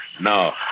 No